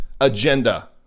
agenda